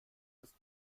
ist